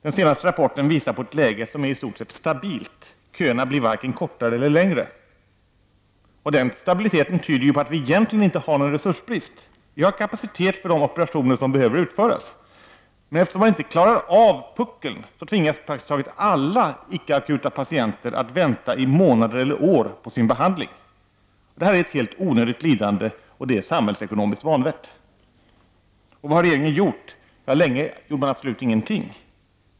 Den senaste rapporten visar på ett läge som i stort sett är stabilt -- köerna blir varken kortare eller längre. En sådan stabilitet tyder på att vi egentligen inte har någon resursbrist: vi har kapacitet för de operationer som behöver utföras, men eftersom man inte klarar av puckeln så tvingas praktiskt taget alla icke-akuta patienter att vänta i månader eller år på sin behandling. Detta är ett helt onödigt lidande och det är samhällsekonomiskt vanvett. Och vad har regeringen gjort? Ja, länge gjorde man absolut ingenting.